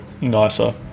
nicer